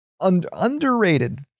underrated